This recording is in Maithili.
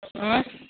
आँय